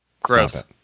Gross